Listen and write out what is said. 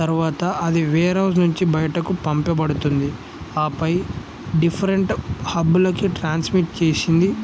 తర్వాత అది వేర్హౌస్ నుంచి బయటకు పంపబడుతుంది ఆపై డిఫరెంట్ హబ్బులకి ట్రాన్స్మిట్ చేసింది